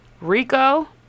Rico